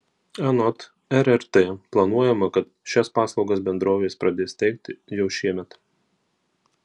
anot rrt planuojama kad šias paslaugas bendrovės pradės teikti jau šiemet